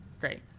Great